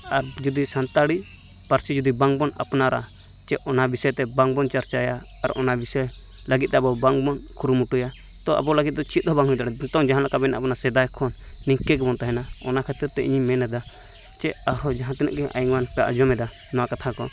ᱟᱨ ᱡᱩᱫᱤ ᱥᱟᱱᱛᱟᱲᱤ ᱯᱟᱨᱥᱤ ᱡᱩᱫᱤ ᱵᱟᱝ ᱵᱚᱱ ᱟᱯᱱᱟᱨᱟ ᱪᱮ ᱚᱱᱟ ᱵᱤᱥᱚᱭ ᱛᱮ ᱵᱟᱝ ᱵᱚᱱ ᱪᱟᱨᱪᱟᱭᱟ ᱟᱨ ᱚᱱᱟ ᱵᱤᱥᱚᱭ ᱞᱟᱹᱜᱤᱫ ᱟᱵᱚ ᱵᱟᱝᱵᱚᱱ ᱠᱩᱨᱩᱢᱩᱴᱩᱭᱟ ᱛᱚ ᱟᱵᱚ ᱞᱟᱹᱜᱤᱫᱚ ᱪᱮᱫ ᱦᱚᱸ ᱵᱟᱝ ᱦᱩᱭ ᱫᱟᱲᱮᱭᱟᱜᱼᱟ ᱱᱤᱛᱚᱝ ᱡᱟᱦᱟ ᱞᱮᱠᱟ ᱢᱮᱱᱟᱜ ᱵᱚᱱᱟ ᱥᱮᱫᱟᱭ ᱠᱷᱚᱱ ᱤᱱᱠᱟᱹ ᱜᱮᱵᱚᱱ ᱛᱟᱸᱦᱮᱱᱟ ᱚᱱᱟ ᱠᱷᱟᱹᱛᱤᱨ ᱛᱮ ᱤᱧᱤᱧ ᱢᱮᱱᱮᱫᱟ ᱪᱮ ᱟᱨᱦᱚᱸ ᱡᱟᱦᱟ ᱛᱤᱱᱟᱹᱜ ᱜᱮ ᱟᱭᱢᱟ ᱞᱮᱠᱟ ᱟᱧᱡᱚᱢᱮᱫᱟ ᱱᱚᱣᱟ ᱠᱟᱛᱷᱟᱠᱚ